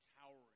towering